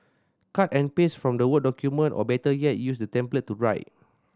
cut and paste from the word document or better yet use the template to write